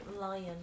lion